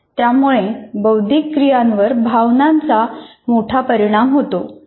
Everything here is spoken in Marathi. त्यामुळे बौद्धिक क्रियांवर भावनांचा मोठा परिणाम होतो